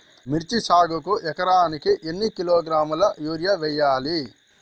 మిర్చి సాగుకు ఎకరానికి ఎన్ని కిలోగ్రాముల యూరియా వేయాలి?